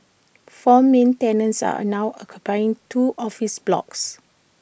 four main tenants are now occupying two office blocks